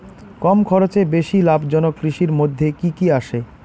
কম খরচে বেশি লাভজনক কৃষির মইধ্যে কি কি আসে?